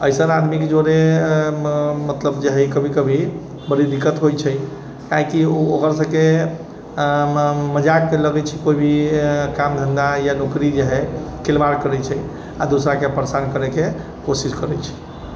अइसन आदमी के जोरे मतलब जे है कभी कभी बड़ी दिक्कत होइ छै काहेकि ओ ओकरा सबके मजाक लगै छै कोइ भी काम धंधा या नौकरी जे है खिलवाड़ करै छै आ दोसरा के परेशान करै के कोशिश करय छै